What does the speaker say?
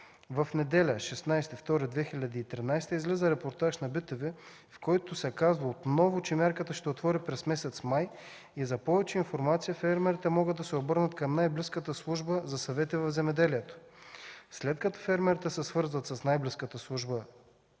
в неделя, 16 февруари 2014 г., излиза репортаж на bТВ, в който се казва отново, че мярката ще отвори през месец май и за повече информация фермерите могат да се обърнат към най-близката Служба за съвети в земеделието. След като фермерите се свързват с най-близката Служба